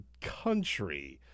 country